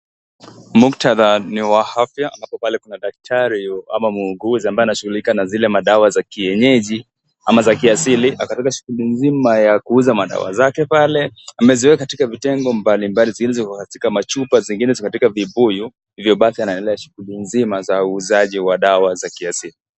Muktadha ni wa afya ambapo pale kuna daktari ama muuguzi ambaye anashughulika na zile madawa za kienyeji ama za kiasili . Katika shughuli nzima ya kuuza madawa zake pale , ameziweka katika vitengo mbalimbali zingine ziko katika machupa , zingine ziko katika vibuyu hivyo basi anaendelea na shughuli nzima za uuzaji wa dawa za kiasili.